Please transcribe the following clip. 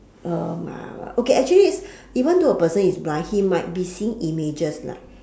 oh my god okay actually it's even though a person is blind he might be seeing images lah